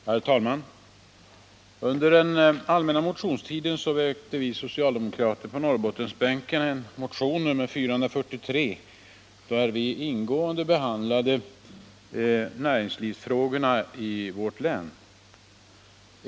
Herr talman! Under den allmänna motionstiden väckte vi socialdemokrater på Norrbottensbänken motion nr 1443, vari vi ingående behandlade näringslivsfrågorna inom vårt län.